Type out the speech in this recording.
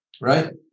right